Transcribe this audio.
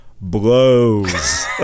blows